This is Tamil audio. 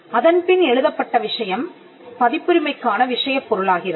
அதன்பின் எழுதப்பட்ட விஷயம் பதிப்புரிமைக்கான விஷயப் பொருளாகிறது